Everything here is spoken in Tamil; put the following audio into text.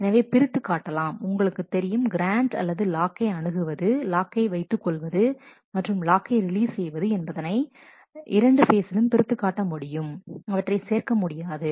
எனவே பிரித்து காட்டலாம் உங்களுக்கு தெரியும் கிரான்ட் அல்லது லாக்கை அணுகுவது லாக்கை வைத்துக் கொள்வது மற்றும் லாக்கை ரிலீஸ் செய்வது என்பதனை 2 ஃபேஸ்லும் பிரித்துக் காட்ட முடியும் அவற்றை சேர்க்க முடியாது